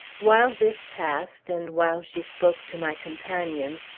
while this passed, and while she spoke to my companions,